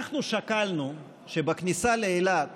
אנחנו שקלנו שבכניסה לאילת